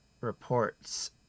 reports